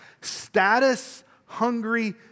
status-hungry